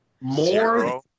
More